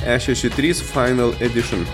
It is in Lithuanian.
e šeši trys fainal edišion